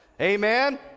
Amen